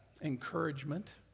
Encouragement